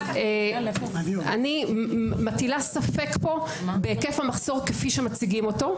אני מטילה ספק פה בהיקף המחסור כפי שמציגים אותו.